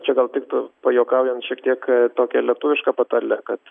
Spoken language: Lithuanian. čia gal tiktų pajuokaujant šiek tiek tokia lietuviška patarlė kad